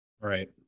Right